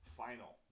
final